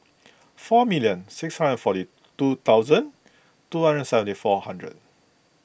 four million six five or forty two thousand two hundred and seventy four hundred